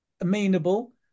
amenable